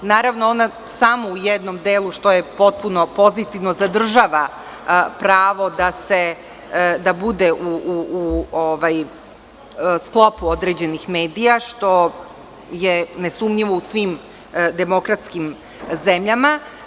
Naravno, ona samo u jednom delu, što je potpuno pozitivno, zadržava pravo da bude u sklopu određenih medija, što je nesumnjivo u svim demokratskim zemljama.